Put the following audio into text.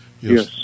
Yes